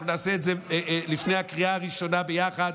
אנחנו נעשה את זה לפני הקריאה הראשונה ביחד.